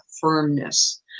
firmness